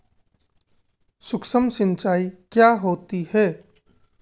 सुक्ष्म सिंचाई क्या होती है?